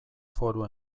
foru